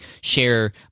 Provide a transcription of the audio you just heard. share